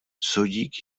sodík